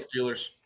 Steelers